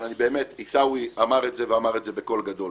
אבל באמת עיסאווי אמר את זה ואמר את זה בקול גדול.